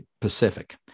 Pacific